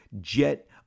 jet